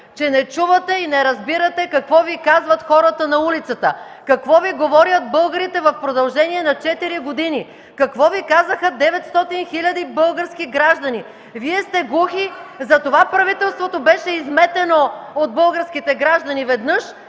че не чувате и не разбирате какво Ви казват хората на улицата, какво Ви говорят българите в продължение на четири години, какво Ви казаха 900 хиляди български граждани! Вие сте глухи, затова правителството беше изметено от българските граждани веднъж